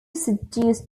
seduce